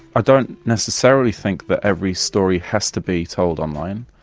i don't necessarily think that every story has to be told online.